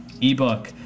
ebook